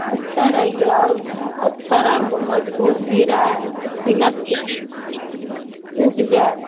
अच्छा रह गया और का अच्छा रहा मजबूत भी रहा इना कि टूट जाए